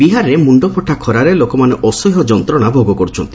ବିହାରରେ ମ୍ରଶ୍ତଫଟା ଖରାରେ ଲୋକମାନେ ଅସହ୍ୟ ଯନ୍ତ୍ରଣା ଭୋଗ୍ରଛନ୍ତି